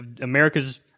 America's